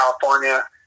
California